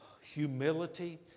humility